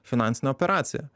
finansinę operaciją